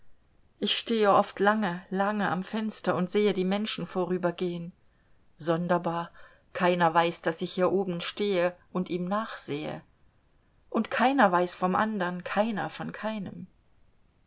ich stehe oft lange lange am fenster und sehe die menschen vorübergehen sonderbar keiner weiß daß ich hier oben stehe und ihm nachsehe und keiner weiß vom andern keiner von keinem